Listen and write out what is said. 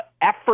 effort